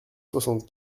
soixante